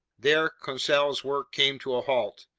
there conseil's work came to a halt.